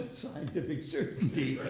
scientific certainty,